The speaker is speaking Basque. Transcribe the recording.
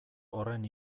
horren